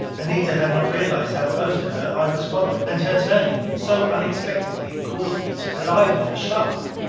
anita had not realized how close to her i was following. and her turning so unexpectedly caused me to collide with her sharply.